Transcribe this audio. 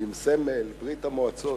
עם סמל ברית-המועצות.